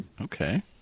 Okay